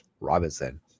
Robinson